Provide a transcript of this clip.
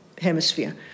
Hemisphere